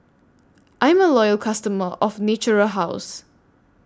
I'm A Loyal customer of Natura House